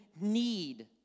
need